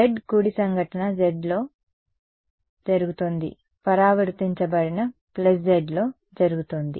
z కుడి సంఘటన z లో జరుగుతోంది పరావర్తించబడింది z లో జరుగుతోంది